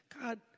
God